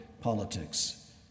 politics